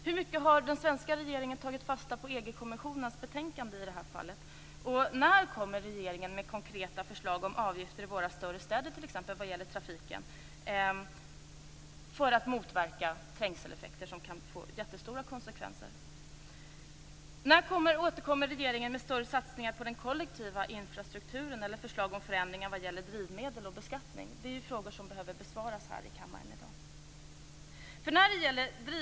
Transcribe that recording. Hur mycket har den svenska regeringen tagit fasta på EG-kommissionens betänkande i det här fallet? När kommer regeringen med konkreta förslag om avgifter i våra större städer vad gäller trafiken för att motverka trängseleffekter som kan få jättestora konsekvenser? När återkommer regeringen med större satsningar på den kollektiva infrastrukturen eller med förslag om förändringar som gäller drivmedel och beskattning? Det är frågor som behöver besvaras här i kammaren i dag.